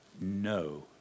no